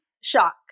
shock